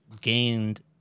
gained